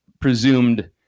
presumed